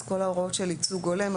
אז כל ההוראות של ייצוג הולם,